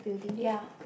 ya